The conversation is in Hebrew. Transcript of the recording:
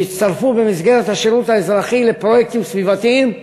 שיצטרפו במסגרת השירות האזרחי לפרויקטים סביבתיים.